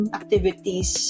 activities